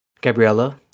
Gabriella